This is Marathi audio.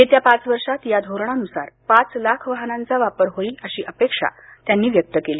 येत्या पाच वर्षात या धोरणानुसार पाच लाख वाहनांचा वापर होईल अशी अपेक्षा त्यांनी व्यक्त केली